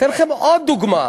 אני אתן לכם עוד דוגמה: